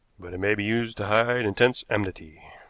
but it may be used to hide intense enmity.